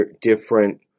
different